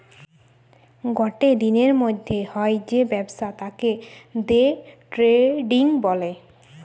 গটে দিনের মধ্যে হয় যে ব্যবসা তাকে দে ট্রেডিং বলে